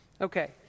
Okay